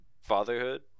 Fatherhood